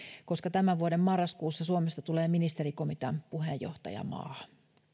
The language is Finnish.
koska tämän vuoden marraskuussa suomesta tulee ministerikomitean puheenjohtajamaa